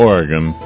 Oregon